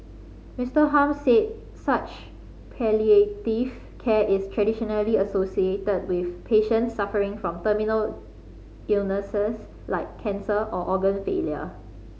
Mister Hum said such palliative care is traditionally associated with patients suffering from terminal illnesses like cancer or organ failure